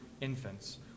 infants